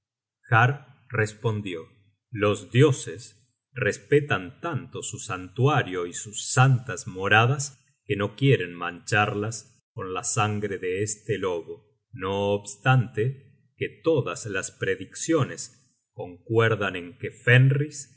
respondió los dioses respetan tanto su santuario y sus santas moradas que no quieren mancharlas con la sangre de este lobo no obstante que todas las predicciones concuerdan en que fenris